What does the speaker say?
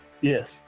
Yes